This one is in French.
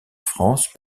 france